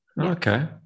Okay